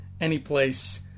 anyplace